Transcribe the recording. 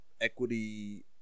Equity